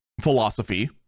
philosophy